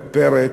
פרץ,